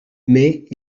mais